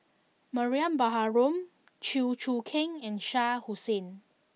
Mariam Baharom Chew Choo Keng and Shah Hussain